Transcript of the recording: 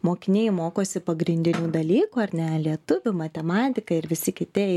mokiniai mokosi pagrindinių dalykų ar ne lietuvių matematika ir visi kiti